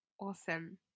awesome